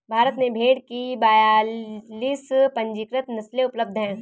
भारत में भेड़ की बयालीस पंजीकृत नस्लें उपलब्ध हैं